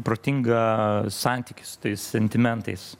protingą santykį su tais sentimentais